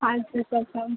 पांच दिवसांचा